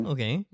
Okay